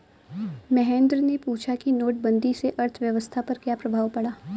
महेंद्र ने पूछा कि नोटबंदी से अर्थव्यवस्था पर क्या प्रभाव पड़ा